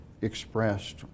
expressed